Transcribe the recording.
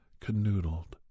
canoodled